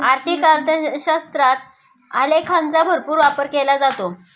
आर्थिक अर्थशास्त्रात आलेखांचा भरपूर वापर केला जातो